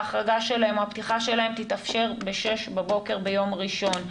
ההחרגה שלהם או הפתיחה שלהם תתאפשר בשש בבוקר ביום ראשון.